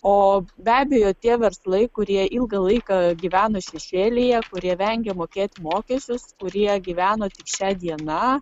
o be abejo tie verslai kurie ilgą laiką gyveno šešėlyje kurie vengė mokėt mokesčius kurie gyveno šia diena